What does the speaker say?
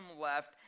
left